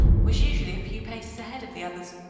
was usually a few paces ahead of the others,